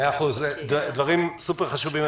מאה אחוז, דברים סוּפר חשובים.